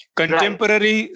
contemporary